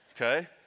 okay